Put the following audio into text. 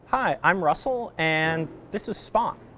hi, i'm russell and this is spot.